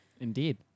Indeed